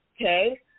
Okay